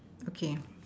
okay